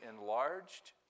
enlarged